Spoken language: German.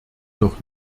noch